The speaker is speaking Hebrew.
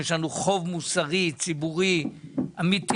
יש לנו חוב מוסרי, ציבורי אמיתי